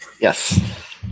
Yes